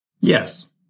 Yes